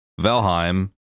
Valheim